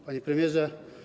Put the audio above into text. Panie Premierze!